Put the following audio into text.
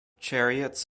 chariots